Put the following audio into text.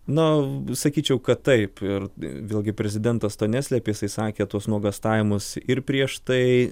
na sakyčiau kad taip ir vėlgi prezidentas to neslepia jisai sakė tuos nuogąstavimus ir prieš tai